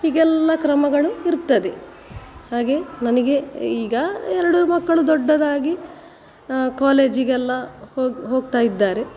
ಹೀಗೆಲ್ಲ ಕ್ರಮಗಳು ಇರ್ತದೆ ಹಾಗೆ ನನಗೆ ಈಗ ಎರಡು ಮಕ್ಕಳು ದೊಡ್ಡದಾಗಿ ಕಾಲೇಜಿಗೆಲ್ಲ ಹೋಗ್ತಾ ಇದ್ದಾರೆ